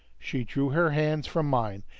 she drew her hands from mine,